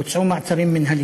בוצעו מעצרים מינהליים,